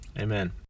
Amen